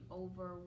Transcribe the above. over